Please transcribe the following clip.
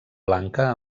blanca